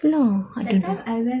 ya lah I don't know